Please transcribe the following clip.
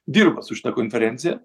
dirba su šita konferencija